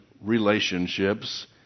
relationships